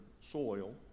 soil